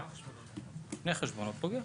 שני חשבונות פוגעים.